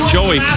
Joey